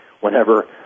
whenever